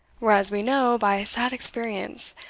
whereas we know, by sad experience,